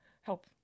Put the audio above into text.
help